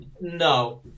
No